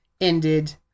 ended